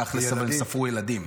תכל'ס, ספרו ילדים.